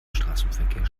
straßenverkehr